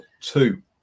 two